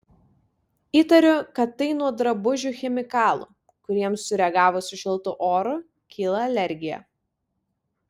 įtariu kad tai nuo drabužių chemikalų kuriems sureagavus su šiltu oru kyla alergija